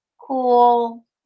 cool